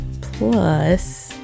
plus